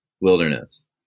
wilderness